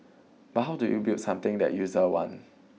but how do you build something that user want